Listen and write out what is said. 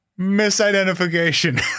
misidentification